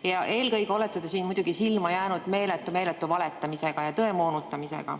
Eelkõige olete te siin muidugi silma jäänud meeletu‑meeletu valetamisega ja tõe moonutamisega.